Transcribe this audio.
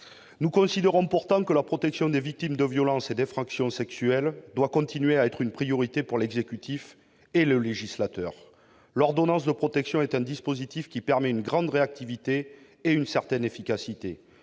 Nous considérons pourtant que la protection des victimes de violences et d'infractions sexuelles doit continuer à être une priorité pour l'exécutif et le législateur. L'ordonnance de protection est un dispositif qui permet une grande réactivité et une certaine efficacité.